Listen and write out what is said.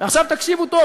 ועכשיו תקשיבו טוב,